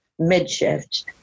midshift